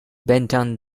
benton